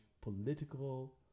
political